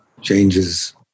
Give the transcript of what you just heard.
Changes